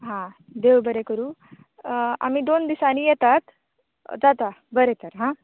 हां देव बरें करूं आमी दोन दिसांनी येतात जाता बरें तर हां